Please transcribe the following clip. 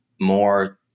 more